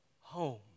home